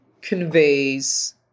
conveys